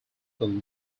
kong